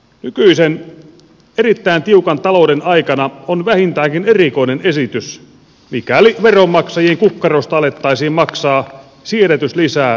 nykyisen erittäin tiukan talouden aikana on vähintäänkin erikoinen esitys mikäli veronmaksajien kukkarosta alettaisiin maksaa siedätyslisää suurpedoista